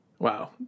Wow